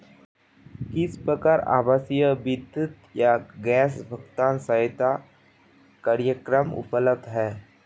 किस प्रकार के आवासीय विद्युत या गैस भुगतान सहायता कार्यक्रम उपलब्ध हैं?